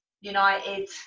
United